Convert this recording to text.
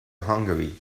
hungary